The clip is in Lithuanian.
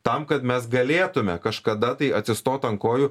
tam kad mes galėtume kažkada tai atsistot ant kojų